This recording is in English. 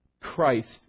Christ